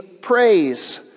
praise